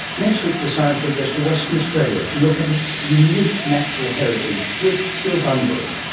next week the science show goes to western australia to look at its unique natural heritage with bill bunbury.